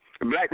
Black